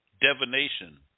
divination